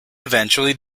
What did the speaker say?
eventually